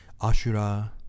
Ashura